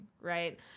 Right